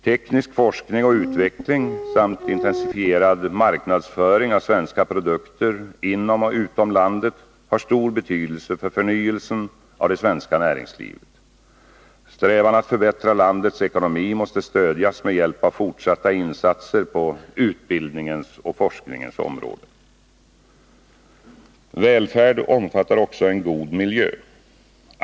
Teknisk forskning och utveckling samt intensifierad marknadsföring av svenska produkter inom och utom landet har stor betydelse för förnyelsen av det svenska näringslivet. Strävan att förbättra landets ekonomi måste stödjas med hjälp av fortsatta insatser på utbildningens och forskningens område. Välfärd omfattar också en god miljö.